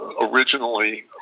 originally